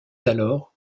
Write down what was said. alors